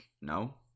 No